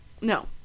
No